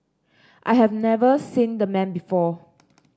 I have never seen the man before